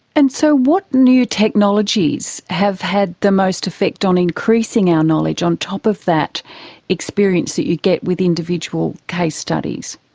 and so what new technologies have had the most effect on increasing our knowledge on top of that experience that you get with individual case studies?